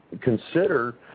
consider